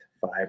Five